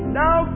now